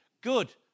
Good